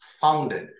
founded